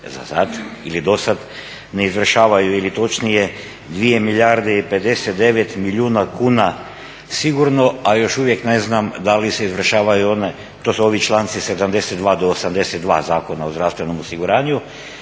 zasad ili dosad ne izvršava ili točnije 2 milijarde i 59 milijuna kuna sigurno. A još uvijek ne znam da li se izvršavaju one, to su ovi članci 72. do 82. Zakona o zdravstvenom osiguranju,